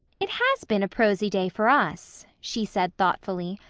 it has been a prosy day for us, she said thoughtfully,